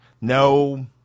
No